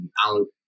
out